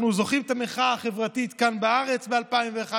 אנחנו זוכרים את המחאה החברתית כאן בארץ ב-2011.